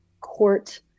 court